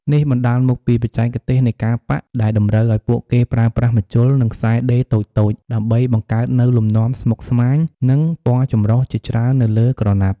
នេះបណ្ដាលមកពីបច្ចេកទេសនៃការប៉ាក់ដែលតម្រូវឱ្យពួកគេប្រើប្រាស់ ម្ជុល និងខ្សែដេរតូចៗ ដើម្បីបង្កើតនូវលំនាំស្មុគស្មាញ និងពណ៌ចម្រុះជាច្រើននៅលើក្រណាត់។